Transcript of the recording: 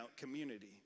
community